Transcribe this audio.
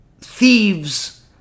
thieves